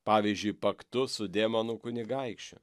pavyzdžiui paktu su demonų kunigaikščiu